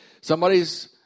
Somebody's